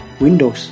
Windows